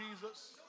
Jesus